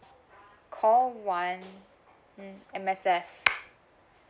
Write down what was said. call one mm M_S_F